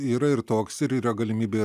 yra ir toks ir yra galimybė